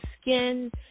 skin